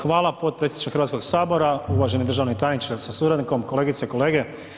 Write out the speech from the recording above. Hvala potpredsjedniče Hrvatskog sabora, uvaženi državni tajniče sa suradnikom, kolegice i kolege.